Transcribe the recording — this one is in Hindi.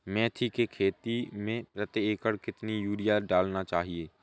मेथी के खेती में प्रति एकड़ कितनी यूरिया डालना चाहिए?